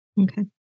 Okay